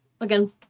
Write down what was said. Again